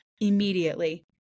immediately